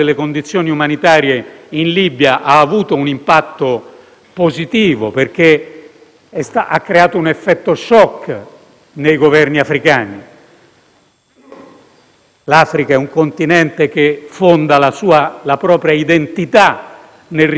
L'Africa è un continente che fonda la propria identità sul rifiuto dello schiavismo. E, quindi, pensate che cosa possa significare, in un continente come quello, vedere le immagini circolate in questi mesi: